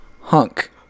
hunk